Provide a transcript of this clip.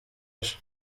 ejo